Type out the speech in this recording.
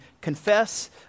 confess